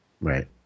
Right